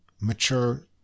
mature